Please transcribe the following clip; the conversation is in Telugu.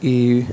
ఈ